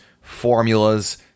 formulas